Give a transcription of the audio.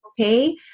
okay